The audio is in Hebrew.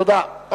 תודה.